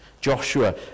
Joshua